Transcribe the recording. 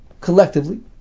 collectively